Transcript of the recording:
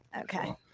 Okay